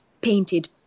painted